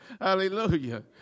Hallelujah